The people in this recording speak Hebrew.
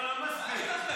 לא, לא מצחיק.